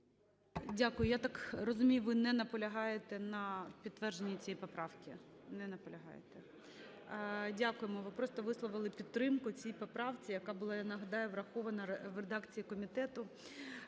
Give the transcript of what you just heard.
Дякую. Я так розумію, ви не наполягаєте на підтвердженні цієї поправки? Не наполягаєте. Дякуємо, ви просто висловили підтримку цій поправці, яка була, я нагадаю, врахована в редакції комітету.